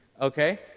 Okay